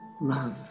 love